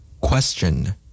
Question